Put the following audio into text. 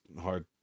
hard